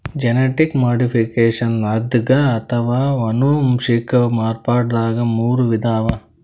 genetic ಮಾಡಿಫಿಕೇಷನ್ದಾಗ್ ಅಥವಾ ಅನುವಂಶಿಕ್ ಮಾರ್ಪಡ್ದಾಗ್ ಮೂರ್ ವಿಧ ಅವಾ